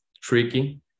tricky